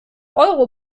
euro